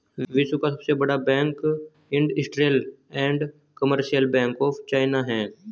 विश्व का सबसे बड़ा bank industrial and commercial bank of China है